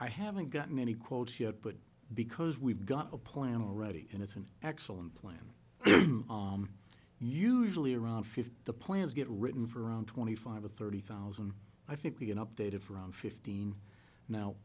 i haven't gotten any quotes yet but because we've got a plan already and it's an excellent plan usually around fifty the plans get written for around twenty five or thirty thousand i think we get updated for around fifteen now